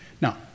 Now